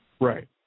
Right